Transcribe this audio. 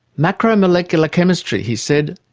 macromolecular chemistry he said,